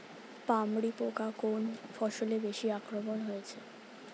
পামরি পোকা কোন ফসলে বেশি আক্রমণ হয়েছে?